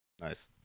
Nice